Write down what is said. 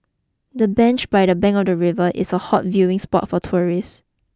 the bench by the bank of the river is a hot viewing spot for tourist